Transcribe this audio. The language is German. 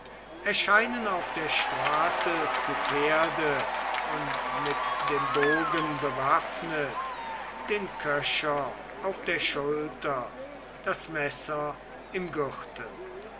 erscheinen auf der straße zu pferde und mit dem bogen bewaffnet den köcher auf der schulter das messer im gürtel